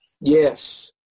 Yes